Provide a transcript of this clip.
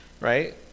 right